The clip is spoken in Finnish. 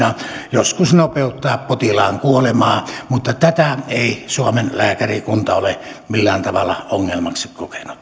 joskus nopeuttaa potilaan kuolemaan mutta tätä ei suomen lääkärikunta ole millään tavalla ongelmaksi kokenut